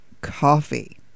coffee